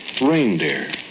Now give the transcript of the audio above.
Reindeer